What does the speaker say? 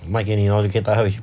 卖给你 lor 你可以带她回去